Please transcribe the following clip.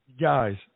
guys